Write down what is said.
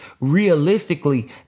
realistically